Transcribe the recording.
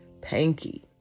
panky